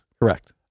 Correct